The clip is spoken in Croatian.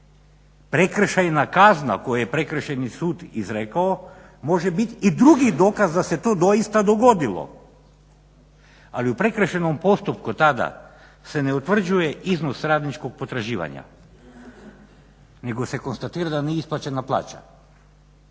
prekršajna kazna koju je prekršajni sud izrekao može biti i drugi dokaz da se to doista dogodilo, ali u prekršajnom postupku tada se ne utvrđuje iznos radničkog potraživanja nego se konstatira da nije isplaćena plaća